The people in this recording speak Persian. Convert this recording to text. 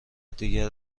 دیگر